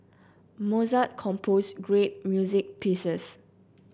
Mozart composed great music pieces